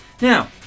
Now